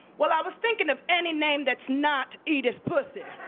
well, i was thinking of any name that's not edith puthie